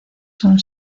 son